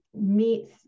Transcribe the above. meets